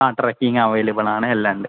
ആ trekking available ആണ് എല്ലാം ഉണ്ട്